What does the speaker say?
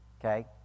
Okay